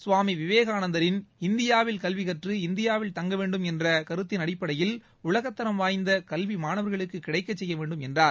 சுவாமி விவேகானந்தரின் இந்தியாவில் கல்வி கற்று இந்தியாவில் தங்க வேண்டும் என்ற கருத்தின் அடிப்படையில் உலக தரம் வாய்ந்த கல்வி மாணவர்களுக்குக் கிடைக்க செய்ய வேண்டும் என்றார்